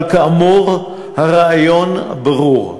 אבל, כאמור, הרעיון ברור.